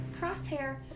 crosshair